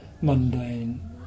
mundane